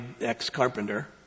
ex-carpenter